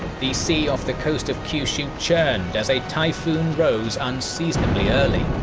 the sea off the coast of kyushu churned as a typhoon rose unseasonably early,